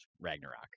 Ragnarok